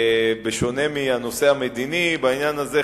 בשונה מהנושא המדיני בעניין הזה,